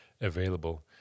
available